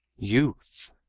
youth,